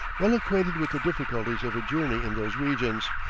well acquainted with the difficulties of a journey in those regions,